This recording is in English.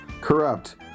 corrupt